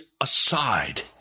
aside